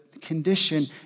condition